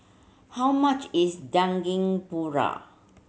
how much is paru